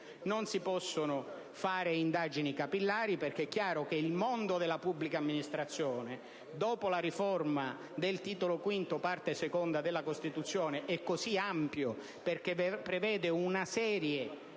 Non si potranno fare indagini capillari, perché è chiaro che il mondo della pubblica amministrazione, dopo la riforma del Titolo V della Parte II della Costituzione, è così ampio da prevedere una serie a